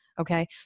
Okay